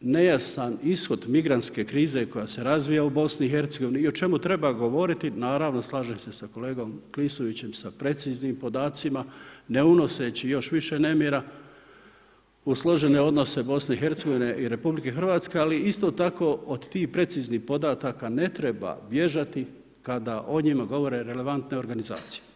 nejasan ishod migrantske krize koja se razvija u BiH-a i o čemu treba govoriti, naravno slažem se sa kolegom Klisovićem, s preciznim podacima, ne unoseći još više nemira u složene odnose BiH-a i RH ali isto tako od tih preciznih podataka ne treba bježati kada o njima govore relevantne organizacije.